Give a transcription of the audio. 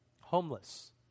Homeless